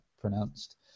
pronounced